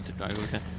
okay